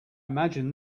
imagine